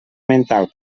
mental